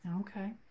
Okay